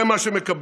זה מה שמקבלים.